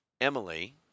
Emily